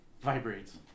vibrates